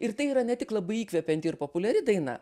ir tai yra ne tik labai įkvepianti ir populiari daina